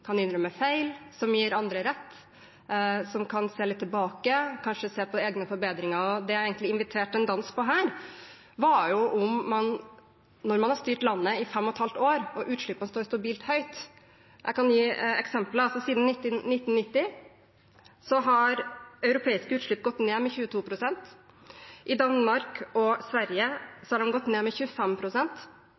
kan innrømme feil, som gir andre rett, som kan se litt tilbake og kanskje se på egne forbedringer, og det jeg egentlig inviterte til en dans på her, var jo at man har styrt landet i fem og et halvt år, og utslippene står stabilt høyt. Jeg kan gi eksempler: Siden 1990 har europeiske utslipp gått ned med 22 pst., i Danmark og Sverige har de gått ned med